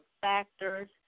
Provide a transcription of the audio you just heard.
factors